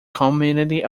community